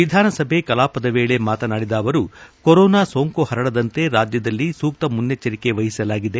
ವಿಧಾನಸಭೆ ಕಲಾಪದ ವೇಳೆ ಮಾತನಾಡಿದ ಅವರು ಕೊರೋನಾ ಸೋಂಕು ಪರಡದಂತೆ ರಾಜ್ಯದಲ್ಲಿ ಸೂಕ್ತ ಮನ್ನೆಚ್ಚರಿಕೆ ವಹಿಸಲಾಗಿದೆ